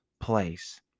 place